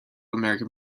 american